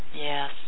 Yes